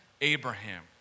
Abraham